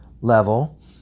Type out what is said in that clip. level